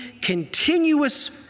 continuous